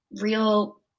real